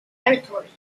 territories